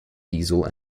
diesel